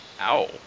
ow